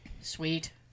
Sweet